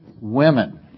women